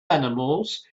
animals